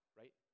right